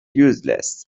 useless